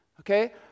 Okay